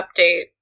update